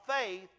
faith